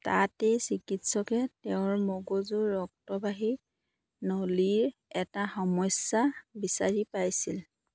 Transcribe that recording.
তাতেই চিকিৎসকে তেওঁৰ মগজুৰ ৰক্তবাহী নলীৰ এটা সমস্যা বিচাৰি পাইছিল